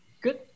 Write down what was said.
Good